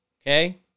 Okay